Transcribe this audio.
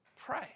Pray